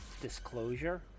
Disclosure